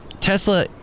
Tesla